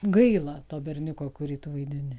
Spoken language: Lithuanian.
gaila to berniuko kurį tu vaidini